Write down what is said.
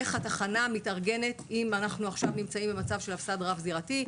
איך התחנה מתארגנת אם אנחנו עכשיו נמצאים במצב של הפס"ד רב-זירתי?